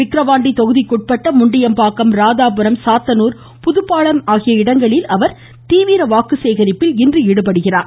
விக்ரவாண்டி தொகுதிக்குட்பட்ட முண்டியம்பாக்கம் ராதாபுரம் சாத்தனூர் புதுப்பாளையம் ஆகிய இடங்களில் அவா் தீவிர வாக்கு சேகரிப்பில் இன்று ஈடுபடுகிறார்